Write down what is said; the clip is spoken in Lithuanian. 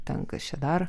ten kas čia dar